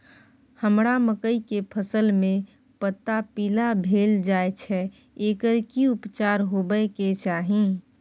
हमरा मकई के फसल में पता पीला भेल जाय छै एकर की उपचार होबय के चाही?